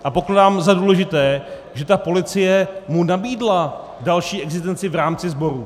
A pokládám za důležité, že policie mu nabídla další existenci v rámci sboru.